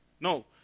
No